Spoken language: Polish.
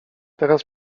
teraz